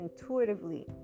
intuitively